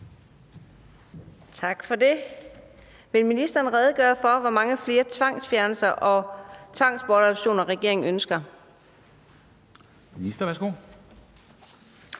Tak for det. Vil ministeren redegøre for, hvor mange flere tvangsfjernelser og tvangsbortadoptioner regeringen ønsker?